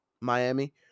Miami